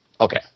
Okay